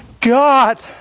God